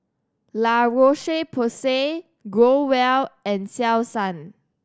La Roche Porsay Growell and Selsun